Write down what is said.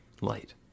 light